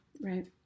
Right